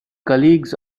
colleagues